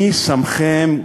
מי שמכם,